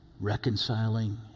Reconciling